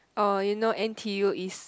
uh you know n_t_u is